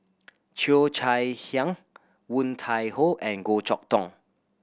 Cheo Chai Hiang Woon Tai Ho and Goh Chok Tong